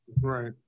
Right